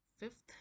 Fifth